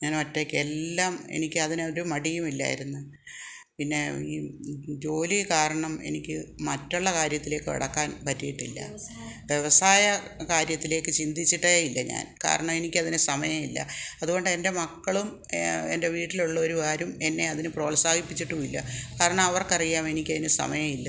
ഞാൻ ഒറ്റയ്ക്ക് എല്ലാം എനിക്ക് അതിനൊരു മടിയും ഇല്ലായിരുന്നു പിന്നെ ജോലി കാരണം എനിക്ക് മറ്റുള്ള കാര്യത്തിലേക്ക് കടക്കാൻ പറ്റിയിട്ടില്ല വ്യവസായ കാര്യത്തിലേക്ക് ചിന്തിച്ചിട്ടേ ഇല്ല ഞാൻ കാരണം എനിക്ക് അതിന് സമയമില്ല അതുകൊണ്ട് എൻ്റെ മക്കളും എൻ്റെ വീട്ടിലുള്ളവർ ആരും എന്നെ അതിന് പ്രോത്സാഹിപ്പിച്ചിട്ടുമില്ല കാരണം അവർക്കറിയാം എനിക്കതിന് സമയമില്ലെന്ന്